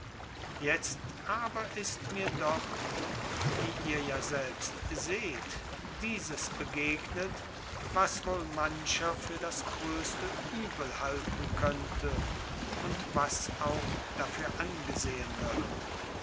jetzt aber ist mir doch wie ihr ja selbst seht dieses begegnet was wohl mancher für das größte übel halten könnte und was auch dafür angesehen wird